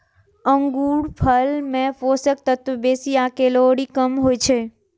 अंगूरफल मे पोषक तत्व बेसी आ कैलोरी कम होइ छै